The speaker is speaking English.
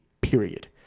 period